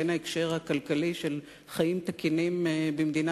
בין ההקשר הכלכלי של חיים תקינים במדינה